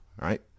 right